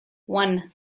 one